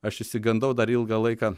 aš išsigandau dar ilgą laiką